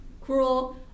cruel